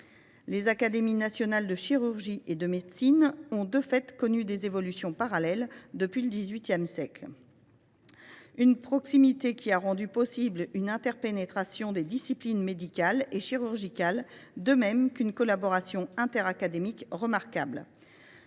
Les académies nationales de chirurgie et de médecine ont, de fait, connu des évolutions parallèles depuis le XVIII siècle. Cette proximité a rendu possible une interpénétration des disciplines médicales et chirurgicales, de même qu’une collaboration interacadémique remarquable.